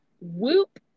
Whoop